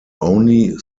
only